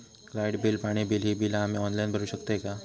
Light bill, पाणी bill, ही बिला आम्ही ऑनलाइन भरू शकतय का?